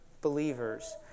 believers